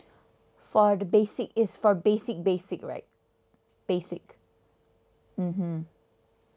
for the basic is for basic basic right basic mm hmm